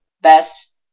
best